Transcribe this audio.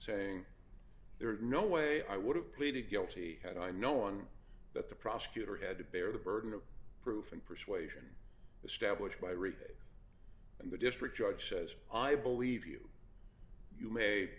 saying there is no way i would have pleaded guilty had i known that the prosecutor had to bear the burden of proof and persuasion established by rico and the district judge says i believe you you may